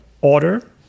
order